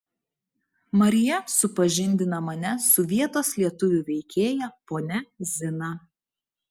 marija supažindina mane su vietos lietuvių veikėja ponia zina